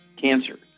cancer